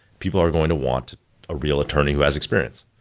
people are going to want a real attorney who has experience.